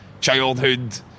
childhood